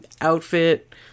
outfit